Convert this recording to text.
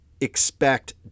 expect